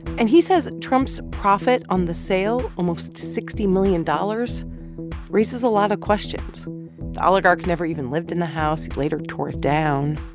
and he says trump's profit on the sale almost sixty million dollars raises a lot of questions. the oligarch never even lived in the house, later tore it down.